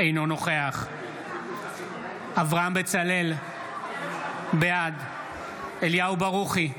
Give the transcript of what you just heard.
אינו נוכח אברהם בצלאל, בעד אליהו ברוכי,